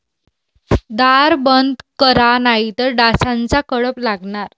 दार बंद करा नाहीतर डासांचा कळप लागणार